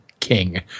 king